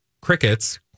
crickets